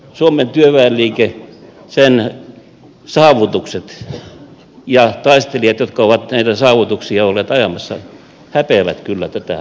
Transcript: suomen työväenliike sen saavutukset ja taistelijat jotka ovat näitä saavutuksia olleet ajamassa häpeävät kyllä tätä rappiota